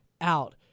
out